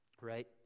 right